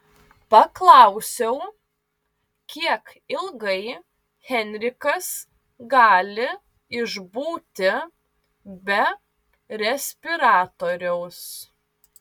paklausiau kiek ilgai henrikas gali išbūti be respiratoriaus